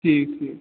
ٹھیٖک ٹھیٖک